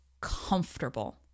comfortable